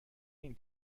این